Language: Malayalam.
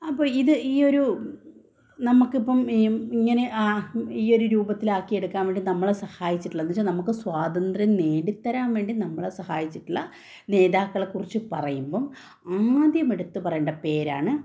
അപ്പം ഇത് ഈ ഒരു നമുക്ക് ഇപ്പം ഇങ്ങനെ ആ ഈ ഒരു രൂപത്തിൽ ആക്കിയെടുക്കാന് വേണ്ടി നമ്മളെ സഹായിച്ചിട്ടുള്ളത് എന്ന് വെച്ചാൽ നമുക്ക് സ്വാതന്ത്യം നേടി തരാന് വേണ്ടി നമ്മളെ സഹായിച്ചിട്ടുള്ള നേതാക്കളെ കുറിച്ച് പറയുമ്പം ആദ്യം എടുത്ത് പറയേണ്ട പേരാണ്